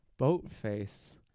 Boatface